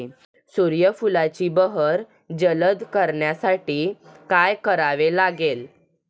सूर्यफुलाची बहर जलद करण्यासाठी काय करावे लागेल?